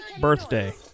birthday